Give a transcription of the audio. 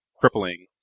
crippling